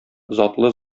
затлы